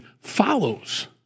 follows